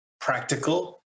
practical